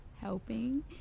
helping